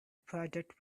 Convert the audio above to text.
project